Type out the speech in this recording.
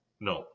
no